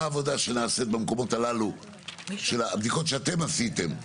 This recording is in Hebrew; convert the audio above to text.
מה העבודה שנעשית במקומות הללו של הבדיקות שאתם עשיתם,